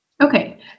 Okay